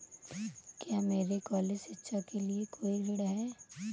क्या मेरे कॉलेज शिक्षा के लिए कोई ऋण है?